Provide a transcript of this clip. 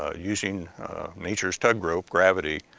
ah using nature's tug rope gravity,